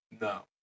no